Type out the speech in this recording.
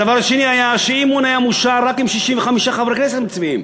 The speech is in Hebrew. הדבר השני היה שהאי-אמון היה מאושר רק אם 65 חברי כנסת מצביעים,